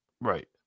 Right